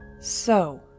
So